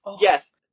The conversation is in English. Yes